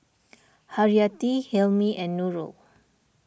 Haryati Hilmi and Nurul